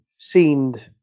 seemed